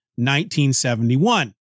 1971